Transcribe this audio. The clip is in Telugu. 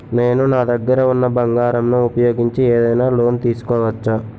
నేను నా దగ్గర ఉన్న బంగారం ను ఉపయోగించి ఏదైనా లోన్ తీసుకోవచ్చా?